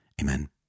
Amen